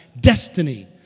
destiny